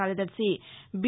కార్యదర్శి బి